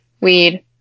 weed